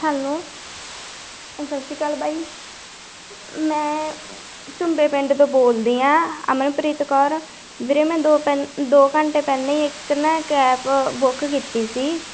hello ਸਤਿ ਸ਼੍ਰੀ ਅਕਾਲ ਬਾਈ ਮੈਂ ਝੁੰਬੇ ਪਿੰਡ ਤੋਂ ਬੋਲਦੀ ਹਾਂ ਅਮਨਪ੍ਰੀਤ ਕੌਰ ਵੀਰੇ ਮੈਂ ਦੋ ਪੈ ਦੋ ਘੰਟੇ ਪਹਿਲਾਂ ਹੀ ਇੱਕ ਨਾ ਕੈਬ ਬੁੱਕ ਕੀਤੀ ਸੀ